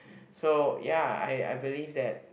so ya I I believe that